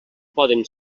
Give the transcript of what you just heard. poden